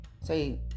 Say